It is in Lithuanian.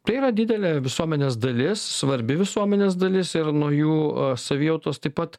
tai yra didelė visuomenės dalis svarbi visuomenės dalis ir nuo jų savijautos taip pat